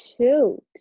shoot